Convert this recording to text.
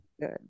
good